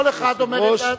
כל אחד אומר את דעתו.